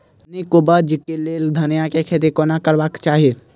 नीक उपज केँ लेल धनिया केँ खेती कोना करबाक चाहि?